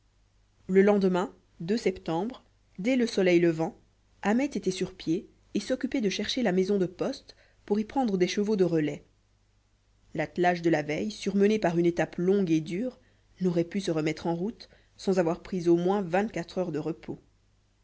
le lendemain septembre dès le soleil levant ahmet était sur pied et s'occupait de chercher la maison de poste pour y prendre des chevaux de relais l'attelage de la veille surmené par une étape longue et dure n'aurait pu se remettre en route sans avoir pris au moins vingt-quatre heures de repos